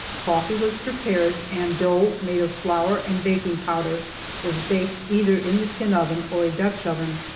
coffee was prepared, and dough made of flour and baking powder was baked either in the tin oven or dutch oven.